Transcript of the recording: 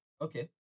Okay